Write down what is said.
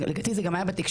ולדעתי זה גם היה בתקשורת,